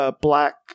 Black